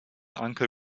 uncle